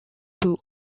two